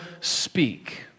speak